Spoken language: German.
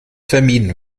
vermieden